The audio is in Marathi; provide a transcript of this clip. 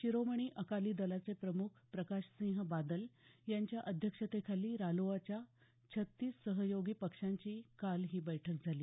शिरोमणी अकाली दलाचे प्रम्ख प्रकाशसिंह बादल यांच्या अध्यक्षतेखाली रालोआच्या छत्तीस सहयोगी पक्षांची काल ही बैठक झाली